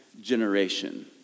generation